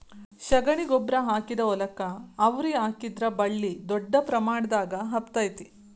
ಶಗಣಿ ಗೊಬ್ಬ್ರಾ ಹಾಕಿದ ಹೊಲಕ್ಕ ಅವ್ರಿ ಹಾಕಿದ್ರ ಬಳ್ಳಿ ದೊಡ್ಡ ಪ್ರಮಾಣದಾಗ ಹಬ್ಬತೈತಿ